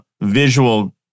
visual